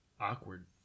awkward